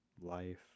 life